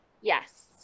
Yes